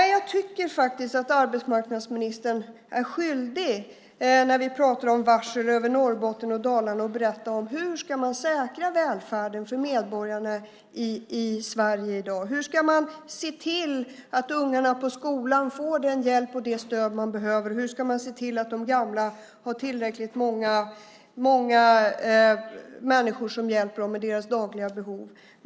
Jag tycker faktiskt att arbetsmarknadsministern när vi pratar om varsel över Norrbotten och Dalarna är skyldig att berätta om hur man ska säkra välfärden för medborgarna i Sverige i dag. Hur ska man se till att ungarna på skolan får den hjälp och det stöd de behöver? Hur ska man se till att de gamla har tillräckligt många människor som hjälper dem med deras dagliga behov?